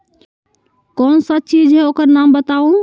कौन सा चीज है ओकर नाम बताऊ?